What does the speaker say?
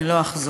ואני לא אחזור,